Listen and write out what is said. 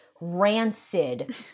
rancid